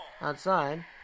Outside